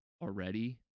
already